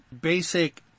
basic